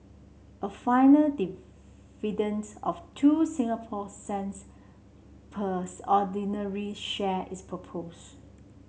a final dividend of two Singapore cents ordinary share is proposed